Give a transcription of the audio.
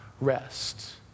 rest